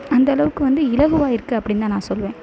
அந்த அளவுக்கு வந்து இலகுவாகிருக்கு அப்படின் தான் நான் சொல்வேன்